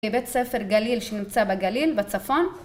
בבית ספר גליל שנמצא בגליל בצפון